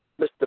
Mr